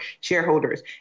shareholders